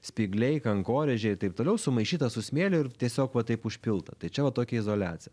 spygliai kankorėžiai ir taip toliau sumaišyta su smėliu ir tiesiog va taip užpilta tai čia va tokia izoliacija